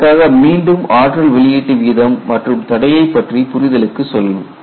இதற்காக மீண்டும் ஆற்றல் வெளியீட்டு வீதம் மற்றும் தடையை பற்றிய புரிதலுக்கு செல்வோம்